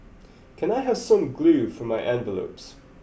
can I have some glue for my envelopes